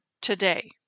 today